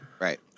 Right